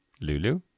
Lulu